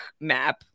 map